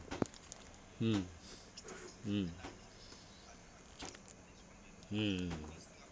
mm mm mm